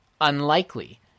unlikely